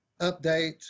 update